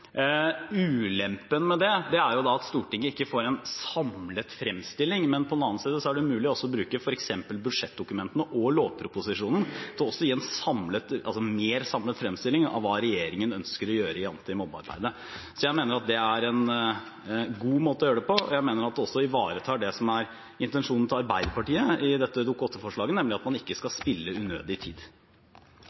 Ulempen med det er at Stortinget ikke får en samlet fremstilling, men på den annen side er det mulig å bruke f.eks. budsjettdokumentene og lovproposisjonen til å gi en mer samlet fremstilling av hva regjeringen ønsker å gjøre i antimobbearbeidet. Så jeg mener at det er en god måte å gjøre det på, og jeg mener at det også ivaretar det som er intensjonen til Arbeiderpartiet i dette Dokument 8-forslaget, nemlig at en ikke skal spille unødig tid.